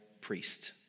priest